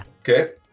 Okay